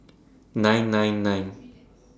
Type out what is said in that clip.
nine nine nine